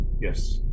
yes